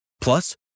Plus